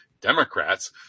Democrats